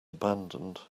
abandoned